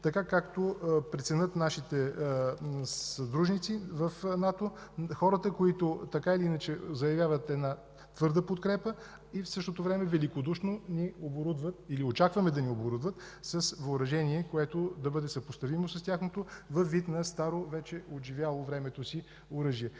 така както преценят нашите съдружници в НАТО – хората, които така или иначе заявяват една твърда подкрепа, и в същото време великодушно ни оборудват, или очакваме да ни оборудват, с въоръжение, което да бъде съпоставимо с тяхното, във вид на старо, вече отживяло времето си оръжие.